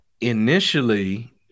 initially